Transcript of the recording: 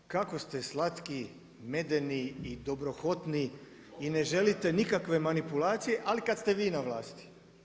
Kako ste slatki, medeni i dobrohotni i ne želite nikakve manipulacije ali kad ste vi na vlasti.